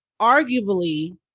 arguably